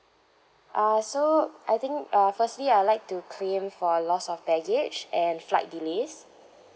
err so I think uh firstly I like to claim for lost of baggage and flight delays